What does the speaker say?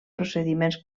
procediments